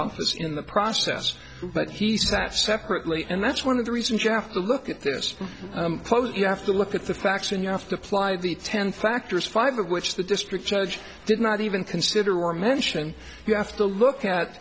office in the process but he sat separately and that's one of the reasons you have to look at this quote you have to look at the facts and you have to apply the ten factors five of which the district judge did not even consider or mention you have to look at